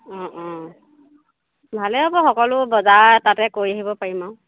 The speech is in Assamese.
অঁ অঁ ভালেই হ'ব সকলো বজাৰ তাতে কৰি আহিব পাৰিম আৰু